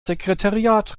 sekretariat